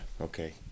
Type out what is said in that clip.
okay